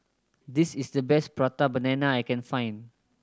this is the best Prata Banana I can find